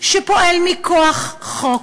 שפועל מכוח חוק,